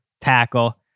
tackle